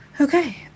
Okay